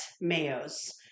mayos